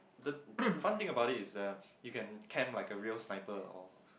the fun thing about it is the you can camp like a real sniper or